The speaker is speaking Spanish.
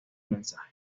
mensaje